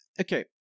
okay